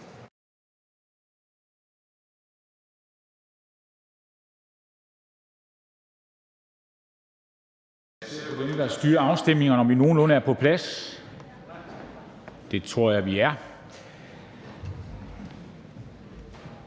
Det tror jeg vi er,